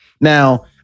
Now